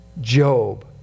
Job